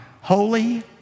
holy